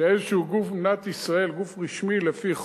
שאיזה גוף במדינת ישראל, גוף רשמי לפי חוק,